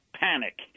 Panic